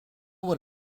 what